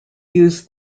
use